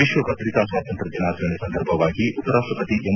ವಿಶ್ವ ಪತ್ರಿಕಾ ಸ್ವಾತಂತ್ರ ದಿನಾಚರಣೆ ಸಂದರ್ಭವಾಗಿ ಉಪರಾಷ್ಟಪತಿ ಎಂ